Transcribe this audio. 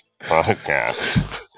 Podcast